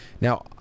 Now